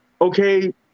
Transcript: Okay